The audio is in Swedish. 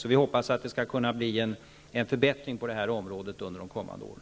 Så vi hoppas att det skall kunna bli en förbättring på det här området under de kommande åren.